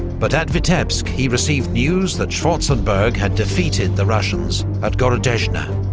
but at vitebsk he received news that schwarzenberg had defeated the russians at gorodeczna,